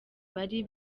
bari